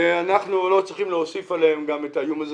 ואנחנו לא צריכים להוסיף להם גם את האיום הזה.